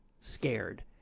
scared